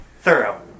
Thorough